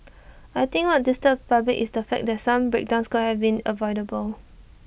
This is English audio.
I think what disturbs the public is the fact that some breakdowns could have been avoidable